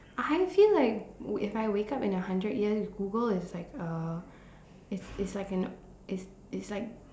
I feel like if I wake up in a hundred years Google is like a it's it's like an it's it's like